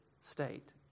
state